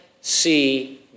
see